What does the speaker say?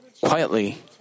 quietly